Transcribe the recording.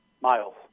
Miles